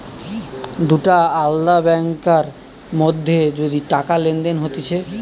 দুটা আলদা ব্যাংকার মধ্যে যদি টাকা লেনদেন হতিছে